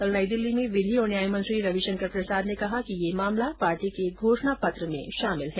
कल नई दिल्ली में विधि और न्यायमंत्री रविशंकर प्रसाद ने कहा कि ये मामला पार्टी के घोषणा पत्र में शामिल है